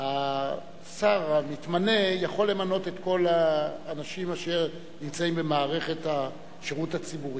השר המתמנה יכול למנות את כל האנשים אשר נמצאים במערכת השירות הציבורי.